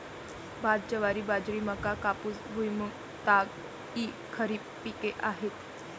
भात, ज्वारी, बाजरी, मका, कापूस, भुईमूग, ताग इ खरीप पिके आहेत